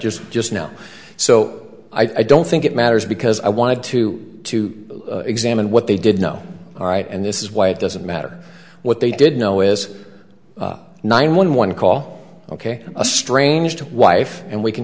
just just now so i don't think it matters because i wanted to to examine what they did know all right and this is why it doesn't matter what they did know is nine one one call ok a strange to wife and we can